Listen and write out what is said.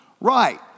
Right